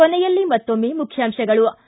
ಕೊನೆಯಲ್ಲಿ ಮತ್ತೊಮ್ಸೆ ಮುಖ್ಯಾಂಶಗಳು